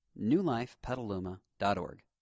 newlifepetaluma.org